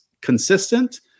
consistent